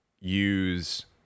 use